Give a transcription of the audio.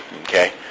okay